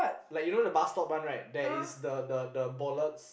like you know the bus stop one right there is the the the bollards